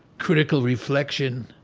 critical reflection,